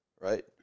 right